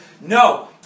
No